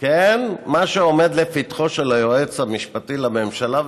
מה שעומד לפתחו של היועץ המשפטי לממשלה,